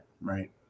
right